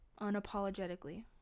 unapologetically